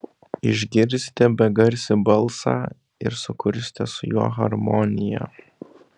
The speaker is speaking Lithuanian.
išgirsite begarsį balsą ir sukursite su juo harmoniją